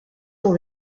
pour